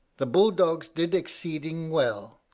the bull-dogs did exceeding well,